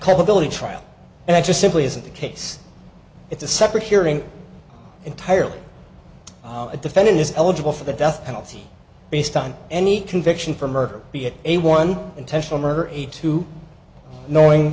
culpability trial and i just simply isn't the case it's a separate hearing entirely the defendant is eligible for the death penalty based on any conviction for murder be it a one intentional murder eighty two knowing